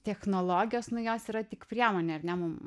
technologijos nu jos yra tik priemonė ar ne mum